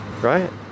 right